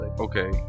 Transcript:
Okay